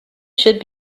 should